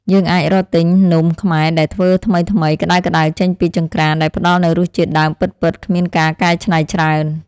យើងអាចរកទិញនំខ្មែរដែលធ្វើថ្មីៗក្ដៅៗចេញពីចង្ក្រានដែលផ្ដល់នូវរសជាតិដើមពិតៗគ្មានការកែច្នៃច្រើន។